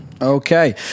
Okay